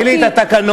תראי לי את התקנון,